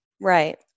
Right